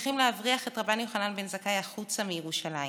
מצליחים להבריח את רבן יוחנן בן זכאי החוצה מירושלים,